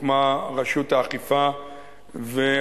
קריאה ראשונה.